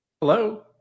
Hello